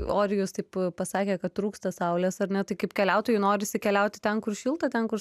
orijus taip pasakė kad trūksta saulės ar ne tai kaip keliautojui norisi keliauti ten kur šilta ten kur